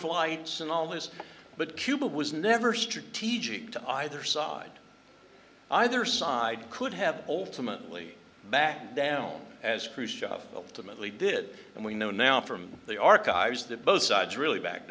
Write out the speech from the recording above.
overflights and all this but cuba was never strategic to either side either side could have ultimately backed down as khrushchev ultimately did and we know now from the archives that both sides really back